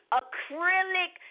acrylic